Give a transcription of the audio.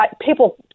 people